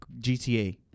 GTA